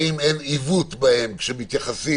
האם אין עיוות בהם כשמתייחסים